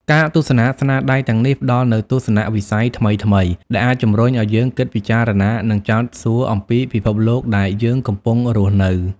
ការទស្សនាស្នាដៃទាំងនេះផ្តល់នូវទស្សនៈវិស័យថ្មីៗ ដែលអាចជំរុញឲ្យយើងគិតពិចារណា និងចោទសួរអំពីពិភពលោកដែលយើងកំពុងរស់នៅ។